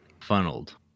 funneled